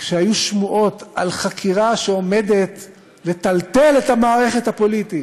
כשהיו שמועות על חקירה שעומדת לטלטל את המערכת הפוליטית